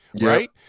right